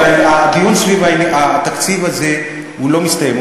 אבל הדיון סביב התקציב הזה הוא לא מסתיים,